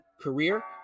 career